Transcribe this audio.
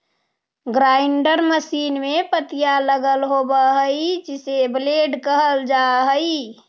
grinder machine में पत्तियाँ लगल होव हई जिसे ब्लेड कहल जा हई